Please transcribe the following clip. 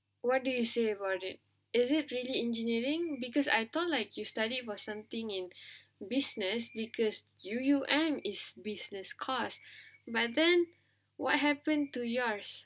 what do you say about it is it really engineering because I thought like you study was something in business because you you aim is business course but then what happen to yours